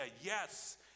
yes